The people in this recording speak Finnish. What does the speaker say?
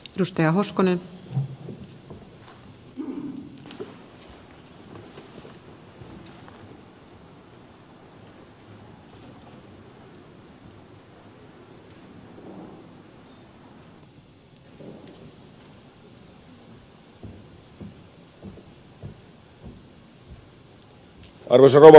arvoisa rouva puhemies